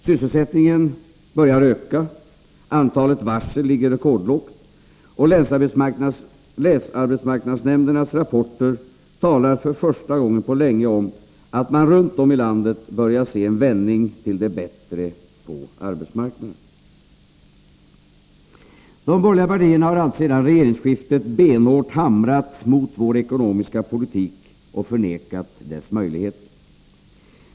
Sysselsättningen börjar öka, antalet varsel ligger rekordlågt och länsarbetsnämndernas rapporter talar för första gången på länge om att man runt om i landet börjar se en vändning till det bättre på arbetsmarknaden. De borgerliga partierna har alltsedan regeringsskiftet benhårt hamrat mot vår ekonomiska politik och förnekat dess möjligheter.